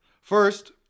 First